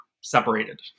separated